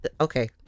Okay